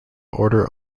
order